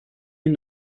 ihn